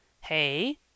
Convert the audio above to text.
Hey